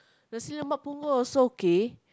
nasi-lemak Punggol also okay